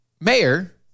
Mayor